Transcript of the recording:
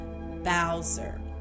Bowser